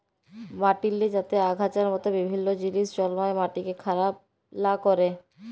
মাটিল্লে যাতে আগাছার মত বিভিল্ল্য জিলিস জল্মায় মাটিকে খারাপ লা ক্যরে